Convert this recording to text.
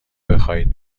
بخواهید